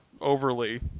overly